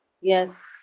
Yes